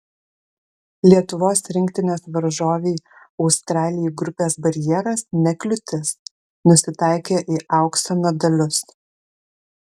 lietuvos rinktinės varžovei australijai grupės barjeras ne kliūtis nusitaikė į aukso medalius